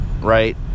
right